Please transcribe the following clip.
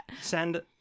Send